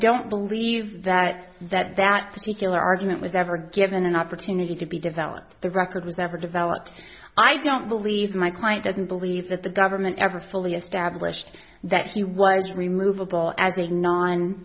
don't believe that that that particular argument was ever given an opportunity to be developed the record was never developed i don't believe my client doesn't believe that the government ever fully established that he was removeable as a non